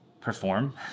perform